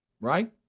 Right